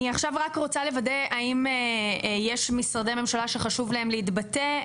אני עכשיו רק רוצה לוודא האם יש משרדי ממשלה שחשוב להם להתבטא,